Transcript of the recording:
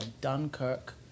Dunkirk